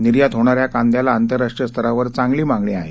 निर्यात होणा या कांद्याला आंतरराष्ट्रीय स्तरावर चांगली मागणी आहे